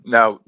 Now